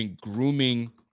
grooming